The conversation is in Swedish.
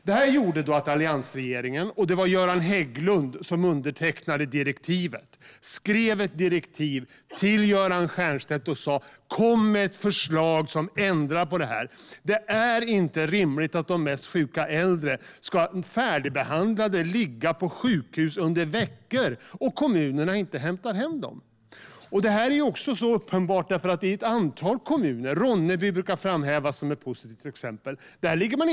Det här gjorde att alliansregeringen - det var Göran Hägglund som undertecknade direktivet - skrev ett direktiv till Göran Stiernstedt och sa: Kom med ett förslag som ändrar på det här! Det är inte rimligt att de mest sjuka äldre ska ligga färdigbehandlade på sjukhus under flera veckor och att kommunerna inte hämtar hem dem. Detta är uppenbart, för i ett antal kommuner ligger inte de äldre kvar en enda dag. Ronneby brukar framhävas som ett positivt exempel på detta.